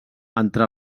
entre